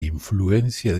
influencia